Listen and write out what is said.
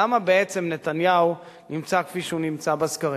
למה בעצם נתניהו נמצא כפי שהוא נמצא בסקרים?